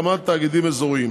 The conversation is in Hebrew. ובהמשך, להקמת תאגידים אזוריים.